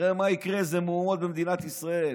תראה מה יקרה, איזה מהומות במדינת ישראל.